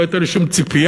לא הייתה לי שום ציפייה